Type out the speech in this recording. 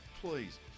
Please